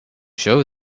show